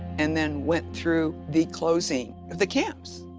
and then went through the closing of the camps.